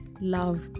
love